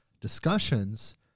discussions